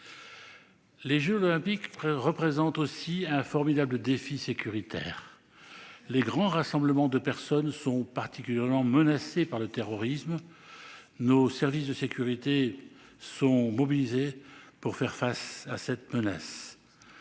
Les jeux Olympiques représentent aussi un formidable défi sécuritaire. Les grands rassemblements de personnes sont particulièrement menacés par le terrorisme, et nos services de sécurité sont mobilisés pour faire face à cette menace.